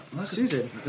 Susan